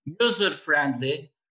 user-friendly